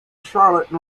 charlotte